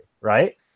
right